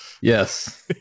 Yes